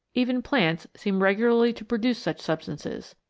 even plants seem regularly to produce such substances.